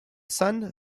sun